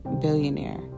billionaire